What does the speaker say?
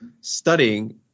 studying